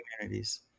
communities